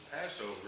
Passover